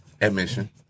admission